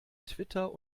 twitter